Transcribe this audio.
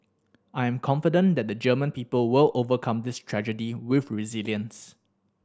I am confident that the German people will overcome this tragedy with resilience